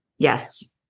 Yes